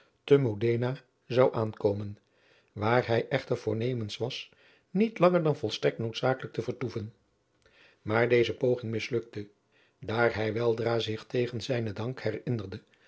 te modena zou aankomen waar hij echter voornemens was niet langer dan volstrekt noodzakelijk te vertoeven maar deze poging mislukte daar hij weldra zich tegen zijnen dank herinnerde